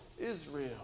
Israel